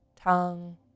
tongue